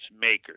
makers